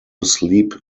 sleep